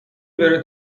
بره